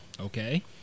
Okay